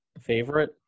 favorite